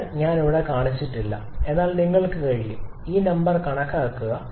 അതിനാൽ ഞാൻ ഇവിടെ കാണിച്ചിട്ടില്ല എന്നാൽ നിങ്ങൾക്കും കഴിയും ഈ നമ്പർ കണക്കാക്കുക